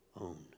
own